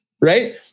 right